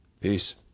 Peace